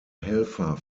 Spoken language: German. helfer